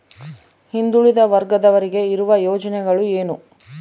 ಹಿಂದುಳಿದ ವರ್ಗದವರಿಗೆ ಇರುವ ಯೋಜನೆಗಳು ಏನು?